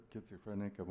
schizophrenic